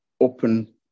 open